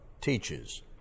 teaches